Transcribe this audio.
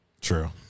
True